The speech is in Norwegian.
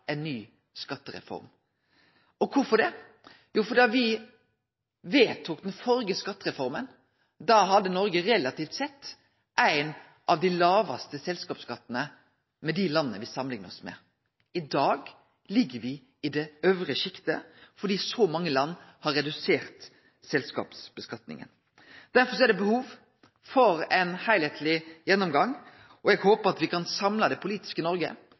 ein av dei lågaste selskapsskattane av dei landa me samanliknar oss med. I dag ligg me i det øvre sjiktet, fordi så mange land har redusert selskapsskatten. Derfor er det behov for ein heilskapleg gjennomgang, og eg håpar at me kan samle det politiske Noreg